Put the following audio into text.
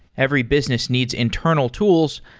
every business needs internal tools,